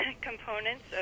components